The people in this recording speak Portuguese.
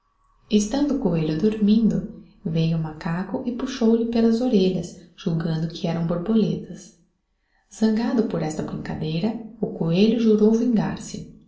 estando o coelho dormindo veio o macaco e puxou lhe pelas orelhas julgando que eram borboletas zangado por esta brincadeira o coelho jurou vingar-se